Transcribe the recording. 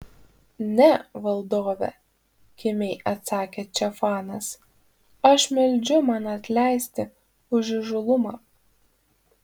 ne valdove kimiai atsakė če fanas aš meldžiu man atleisti už įžūlumą